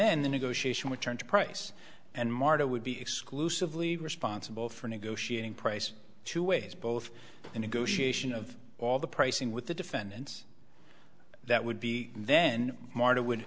then the negotiation with turn to price and martha would be exclusively responsible for negotiating price two ways both the negotiation of all the pricing with the defendants that would be then martha would